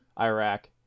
Iraq